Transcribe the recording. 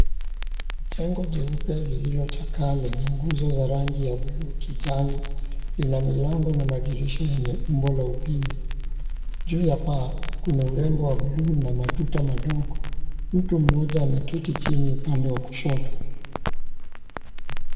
Jengo jeupe lililochakaa lenye nguzo za rangi ya bluu kijani lina milango na madirisha yenye umbo la upindi. Juu ya paa kuna urembo bluu wa matuta madogo, mtu mmoja ameketi chini upande wa kushoto.